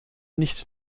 nicht